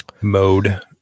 mode